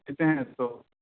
ملتے ہیں تو